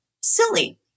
silly